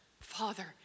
Father